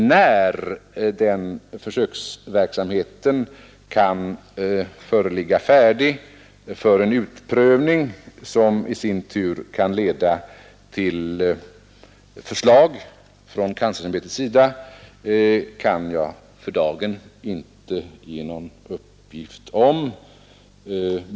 När den försöksverksamheten kan vara färdig för en utprövning som i sin tur kan leda till förslag från kanslersämbetets sida kan jag för dagen inte ge någon uppgift om.